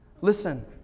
Listen